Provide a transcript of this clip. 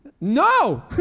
no